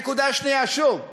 הנקודה השנייה, שוב,